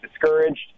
discouraged